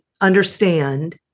understand